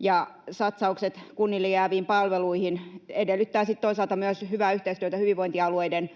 ja satsaukset kunnille jääviin palveluihin edellyttävät sitten toisaalta myös hyvää yhteistyötä hyvinvointialueiden